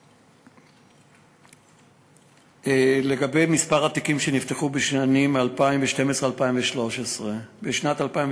1. לגבי מספר התיקים שנפתחו בשנים 2013 ו-2012 בשנת 2012